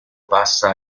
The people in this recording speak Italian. passa